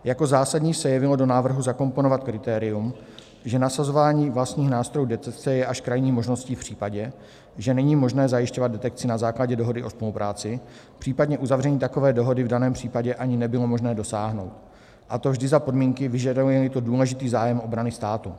Jako zásadní se jevilo do návrhu zakomponovat kritérium, že nasazování vlastních nástrojů detekce je krajní možností až v případě, že není možné zajišťovat detekci na základě dohody o spolupráci, případně uzavření takové dohody v daném případě ani nebylo možné dosáhnout, a to vždy za podmínky, vyžadujeli to důležitý zájem obrany státu.